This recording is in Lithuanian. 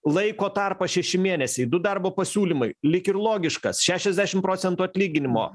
laiko tarpas šeši mėnesiai du darbo pasiūlymai lyg ir logiškas šešiasdešim procentų atlyginimo